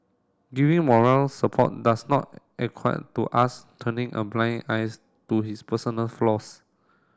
giving moral support does not to us turning a blind eyes to his personal flaws